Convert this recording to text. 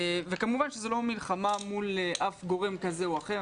כמובן שזה לא מלחמה מול אף גורם כזה או אחר.